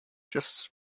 just